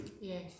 Yes